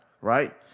right